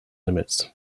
limits